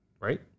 right